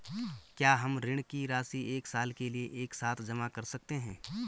क्या हम ऋण की राशि एक साल के लिए एक साथ जमा कर सकते हैं?